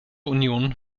union